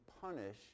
punish